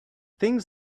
things